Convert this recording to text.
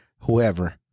whoever